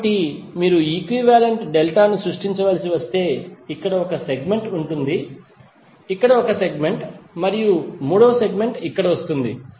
కాబట్టి మీరు equivalent delta ను సృష్టించవలసి వస్తే ఇక్కడ ఒక సెగ్మెంట్ ఉంటుంది ఇక్కడ ఒక సెగ్మెంట్ మరియు మూడవ సెగ్మెంట్ ఇక్కడ వస్తుంది